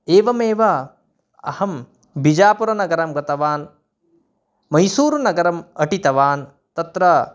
एवमेव अहं बिजापुरनगरं गतवान् मैसूरुनगरम् अटितवान् तत्र